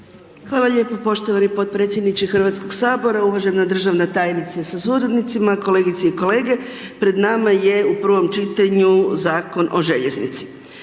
Hvala lijepo poštovani potpredsjedniče Hrvatskoga sabora, uvažena državna tajnice sa suradnicima, kolegice i kolege. Pred nama je u prvom čitanju Zakon o željeznici.